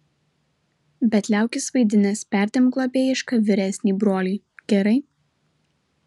bet liaukis vaidinęs perdėm globėjišką vyresnį brolį gerai